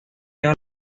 álbum